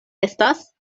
estas